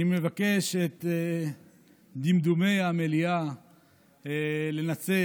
אני מבקש את דמדומי המליאה לנצל